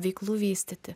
veiklų vystyti